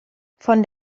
von